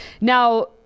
Now